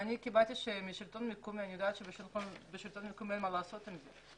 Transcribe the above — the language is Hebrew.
אני יודעת שבשלטון המקומי אין מה לעשות עם זה.